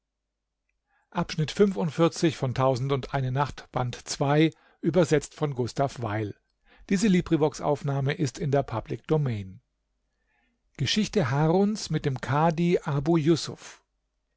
geschichte haruns mit dem